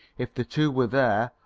if the two were there,